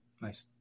Nice